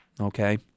Okay